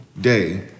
day